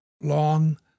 long